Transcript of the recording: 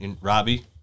Robbie